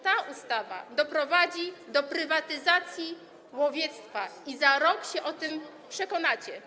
Ta ustawa doprowadzi do prywatyzacji łowiectwa, za rok się o tym przekonacie.